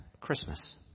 Christmas